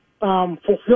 fulfill